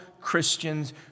Christians